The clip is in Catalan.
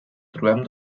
trobem